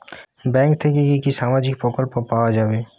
Bank থেকে কি কি সামাজিক প্রকল্প পাওয়া যাবে?